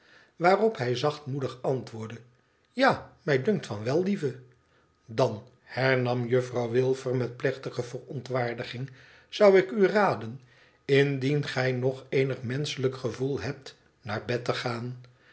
waarop hij zachtmoedig antwoordde ja mij dunkt van wel lieve dan hernam juffrouw wilfer met plechtige verontwaardiging zou ik u raden indien gij nog eenig menschelijk gevoel hebt naar bed te gaan